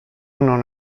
non